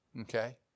Okay